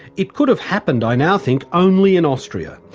it could have happened, i now think, only in austria.